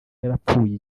yarapfuye